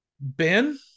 Ben